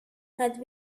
had